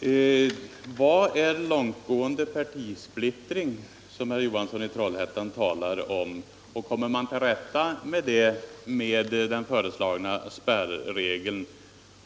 Herr talman! Vad är långtgående partisplittring — som herr Johansson i Trollhättan här talar om — och kommer man till rätta med den genom den föreslagna spärregeln?